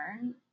learn